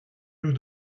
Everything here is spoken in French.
nous